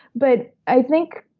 but i think,